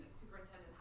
superintendent